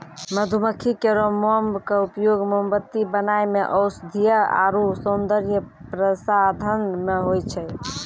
मधुमक्खी केरो मोम क उपयोग मोमबत्ती बनाय म औषधीय आरु सौंदर्य प्रसाधन म होय छै